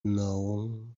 known